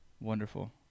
Wonderful